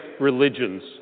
religions